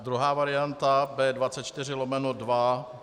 Druhá varianta B24/2.